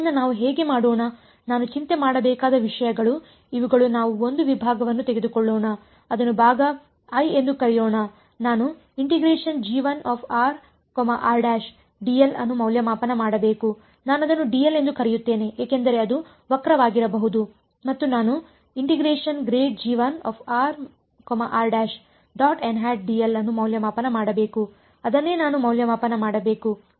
ಆದ್ದರಿಂದ ನಾವು ಹಾಗೆ ಮಾಡೋಣ ನಾನು ಚಿಂತೆ ಮಾಡಬೇಕಾದ ವಿಷಯಗಳು ಇವುಗಳು ನಾವು ಒಂದು ವಿಭಾಗವನ್ನು ತೆಗೆದುಕೊಳ್ಳೋಣ ಅದನ್ನು ಭಾಗ i ಎಂದು ಕರೆಯೋಣ ನಾನು ಅನ್ನು ಮೌಲ್ಯಮಾಪನ ಮಾಡಬೇಕು ನಾನು ಅದನ್ನು dl ಎಂದು ಕರೆಯುತ್ತೇನೆ ಏಕೆಂದರೆ ಅದು ವಕ್ರವಾಗಿರಬಹುದು ಮತ್ತು ನಾನು ಅನ್ನು ಮೌಲ್ಯಮಾಪನ ಮಾಡಬೇಕು ಅದನ್ನೇ ನಾನು ಮೌಲ್ಯಮಾಪನ ಮಾಡಬೇಕು